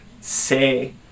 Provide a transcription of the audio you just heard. say